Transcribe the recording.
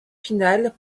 finale